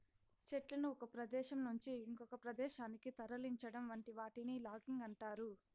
చెట్లను ఒక ప్రదేశం నుంచి ఇంకొక ప్రదేశానికి తరలించటం వంటి వాటిని లాగింగ్ అంటారు